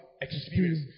Experience